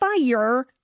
fire